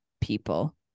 people